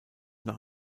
nach